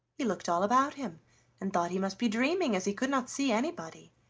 he looked all about him and thought he must be dreaming, as he could not see anybody.